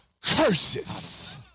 curses